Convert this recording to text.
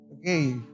okay